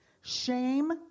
shame